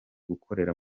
gukorera